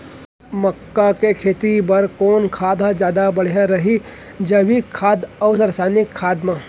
मक्का के खेती बर कोन खाद ह जादा बढ़िया रही, जैविक खाद अऊ रसायनिक खाद मा?